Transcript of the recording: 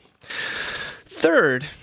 Third